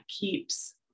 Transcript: keeps